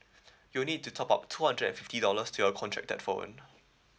you'll need to top up two hundred and fifty dollars to your contracted phone